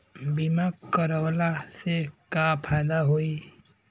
बीमा करवला से का फायदा होयी?